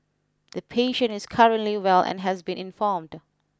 the patient is currently well and has been informed